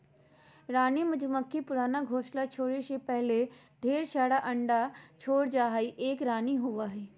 रानी मधुमक्खी पुराना घोंसला छोरै से पहले ढेर सारा अंडा छोड़ जा हई, एक रानी होवअ हई